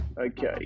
Okay